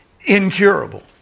incurable